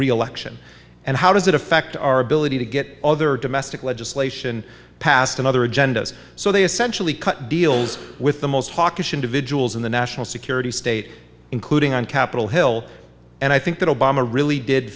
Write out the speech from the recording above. reelection and how does that affect our ability to get other domestic legislation passed and other agendas so they essentially cut deals with the most hawkish individuals in the national security state including on capitol hill and i think that obama really did